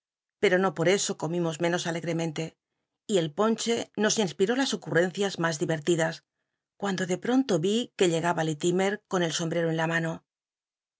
pero no por eso comimos menos alegremente y el ponche nos inspiró las ocul'l'encias mas dhcrtidas cuando de pronto vi i con el sombrero en la mano